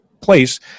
place